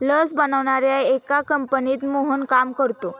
लस बनवणाऱ्या एका कंपनीत मोहन काम करतो